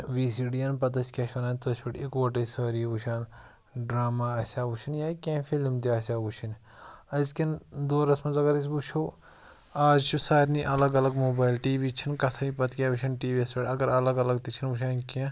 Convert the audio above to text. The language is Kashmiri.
وی سی ڈی یَن پَتہٕ ٲسۍ کیٛاہ چھِ وَنان تٔتھۍ پؠٹھ اِکوَٹٕے سٲری وُچھان ڈرٛاما آسیٛا وُچھُن یا کیٚنٛہہ تہِ فِلم تہِ آسیٛا وُچھان أزۍکؠن دورَس منٛز اَگر ٲسۍ وُچھو اَز چھِ سارنٕے اَلگ اَلگ موبایِٔل ٹی وی چھِنہٕ کَتھٕے پَتہٕ کیٛاہ وُچھان ٹی وی یَس پؠٹھ اَگر اَلگ اَلگ تہِ چھِنہٕ وُچھان کانٛہہ